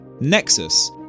Nexus